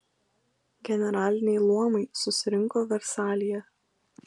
generaliniai luomai susirinko versalyje